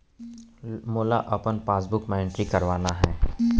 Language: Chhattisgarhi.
मोला अपन पासबुक म एंट्री करवाना हे?